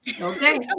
okay